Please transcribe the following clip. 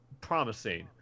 promising